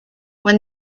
when